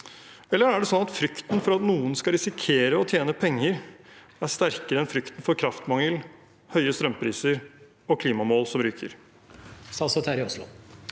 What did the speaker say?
Eller er det sånn at frykten for at noen skal risikere å tjene penger, er sterkere enn frykten for kraftmangel, høye strømpriser og klimamål som ryker? Statsråd Terje Aasland